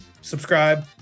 subscribe